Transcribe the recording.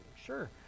Sure